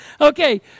Okay